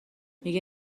میگه